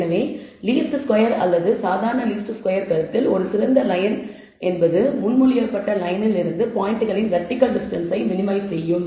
எனவேலீஸ்ட் square அல்லது சாதாரண least square கருத்தில் ஒரு சிறந்த லயன் என்பது முன்மொழியப்பட்ட லயனில் இருந்து பாயிண்ட்களின் வெர்டிகல் டிஸ்டன்ஸ்ஸை மினிமைஸ் செய்யும்